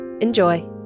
Enjoy